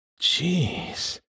Jeez